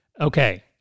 Okay